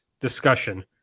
discussion